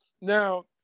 Now